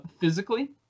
physically